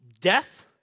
death